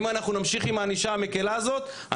אם אנחנו נמשיך עם הענישה המקלה הזאת,